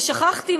ושכחתי,